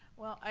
well,